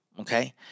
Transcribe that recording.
Okay